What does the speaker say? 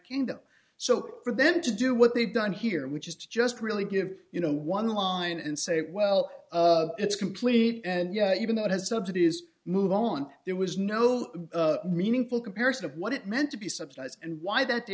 kingdom so for them to do what they've done here which is just really give you know one line and say well it's complete and yet even though it has subsidies move on there was no meaningful comparison of what it meant to be subsidized and why that da